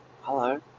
Hello